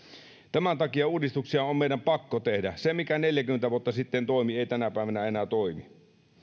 tämän takia uudistuksia on meidän pakko tehdä se mikä neljäkymmentä vuotta sitten toimi ei tänä päivänä enää toimi